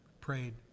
Prayed